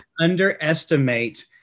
underestimate